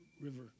River